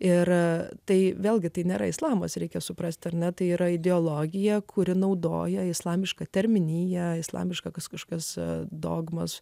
ir tai vėlgi tai nėra islamas reikia suprasti ar ne tai yra ideologija kuri naudoja islamišką terminiją islamišką kad kažkas dogmos